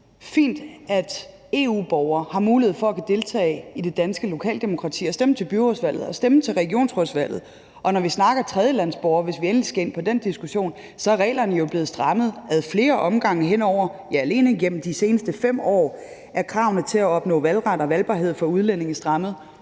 fint, at EU-borgere har mulighed for at kunne deltage i det danske lokaldemokrati og stemme til byrådsvalget og stemme til regionsrådsvalget. Og når vi snakker tredjelandsborgere – hvis vi endelig skal ind på den diskussion – så er reglerne jo blevet strammet ad flere omgange. Ja, alene igennem de seneste 5 år er kravene til at opnå valgret og valgbarhed for udlændinge strammet